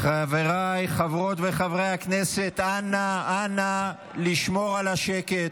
חבריי חברות וחברי הכנסת, אנא לשמור על השקט.